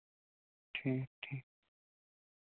ٹھیٖک ٹھیٖک